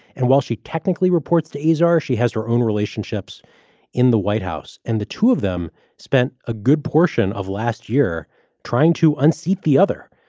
and while she technically reports to azar, she has her own relationships in the white house, and the two of them spent a good portion of last year trying to unseat the other,